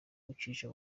wicisha